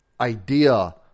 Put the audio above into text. idea